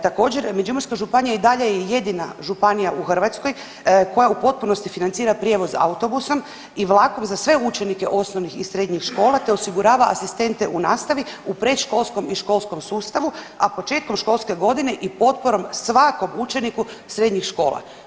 Također Međimurska županija i dalje je jedina županija u Hrvatskoj koje u potpunosti financira prijevoz autobusom i vlakom za sve učenike osnovnih i srednjih škola te osigurava asistente u nastavi u predškolskom i školskom sustavu, a početkom školske godine i potporom svakom učeniku srednjih škola.